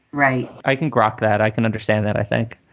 right. i can grasp that. i can understand that. i think.